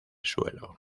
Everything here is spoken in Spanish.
suelo